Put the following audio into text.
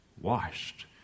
washed